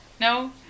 No